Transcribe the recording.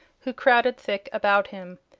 who crowded thick about him.